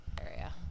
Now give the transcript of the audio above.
area